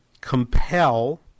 compel